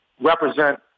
represent